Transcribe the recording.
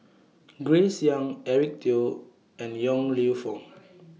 Grace Young Eric Teo and Yong Lew Foong